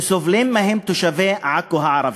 שסובלים מהן תושבי עכו הערבים.